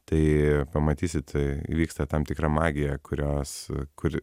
tai pamatysit vyksta tam tikra magija kurios kur